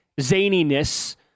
zaniness